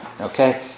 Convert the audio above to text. Okay